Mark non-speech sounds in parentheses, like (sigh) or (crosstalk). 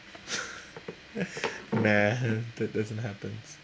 (laughs) man that doesn't happens